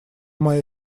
моя